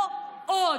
לא עוד.